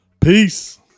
peace